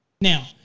Now